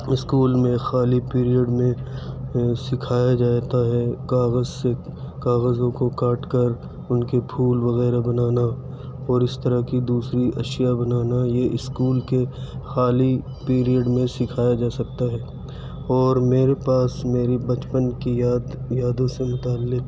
school میں خالی period میں سکھایا جاتا ہے کاغذ سے کاغذوں کو کاٹ کر اُن کے پھول وغیرہ بنانا اور اس طرح کی دوسری اشیاء بنانا یہ اسکول کے خالی پیریڈ میں سکھایا جا سکتا ہے اور میرے پاس میری بچپن کی یاد یادوں سے متعلق